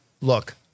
Look